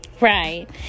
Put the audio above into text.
right